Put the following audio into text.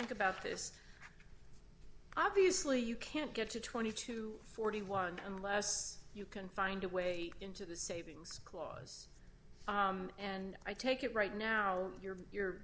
think about this obviously you can't get to twenty to forty one unless you can find a way into the savings clause and i take it right now you're you're